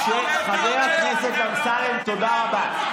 חבר הכנסת אמסלם, תודה רבה.